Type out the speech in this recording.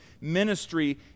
ministry